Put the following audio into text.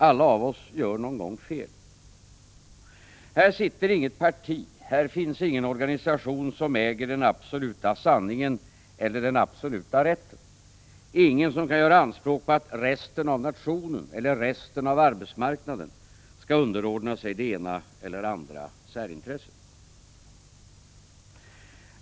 Alla gör någon gång fel. Här sitter inget parti, här finns ingen organisation, som äger den absoluta sanningen eller den absoluta rätten, ingen som kan göra anspråk på att resten av nationen eller resten av arbetsmarknaden skall underordna sig det ena eller andra särintresset.